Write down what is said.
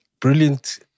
Brilliant